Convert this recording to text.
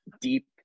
deep